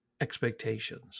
expectations